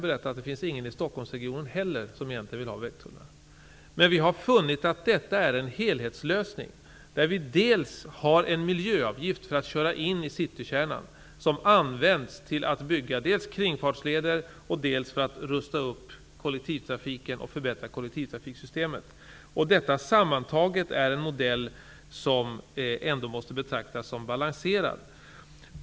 Det finns ingen i Stockholmsregionen heller som vill ha vägtullar. Men vi har funnit att detta är en helhetslösning som består av en miljöavgift som man får betala för att köra in i citykärnan. Den används dels till att bygga kringfartsleder, dels till att rusta upp kollektivtrafiken och förbättra kollektivtrafiksystemet. Detta är en modell som sammantaget måste betraktas som balanserad.